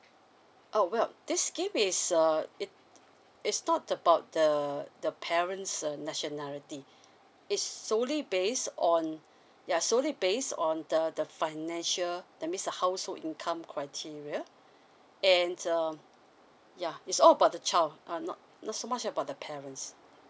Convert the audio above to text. oh well this scheme is err it it's not about the the parents uh nationality it's solely base on yeah solely based on the the financial that means the household income criteria and err yeah it's all about the child ah not not so much about the parents